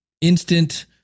instant